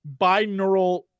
binaural